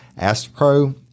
AstroPro